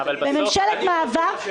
בזמן ממשלת מעבר,